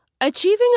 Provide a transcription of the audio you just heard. Achieving